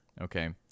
Okay